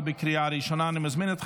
אני חוזר,